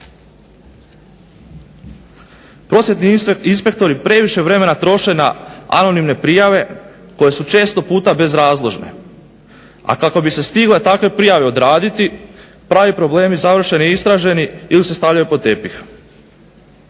Prosvjetni inspektori previše vremena troše na anonimne prijave koje su često puta bezrazložne. A kako bi se stigle te prijave odraditi pravi problemi završe neistraženi ili se stavljaju pod tepih.